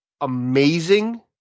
amazing